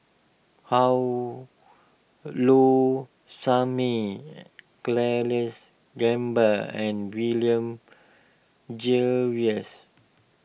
How Low Sanmay Charles Gamba and William Jervois